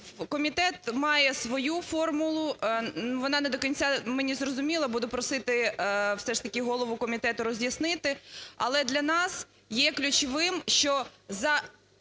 Комітет має свою формулу, вона не до кінця мені зрозуміла, буду просити все ж таки голову комітету роз'яснити. Але для нас є ключовим, що за